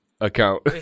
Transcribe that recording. account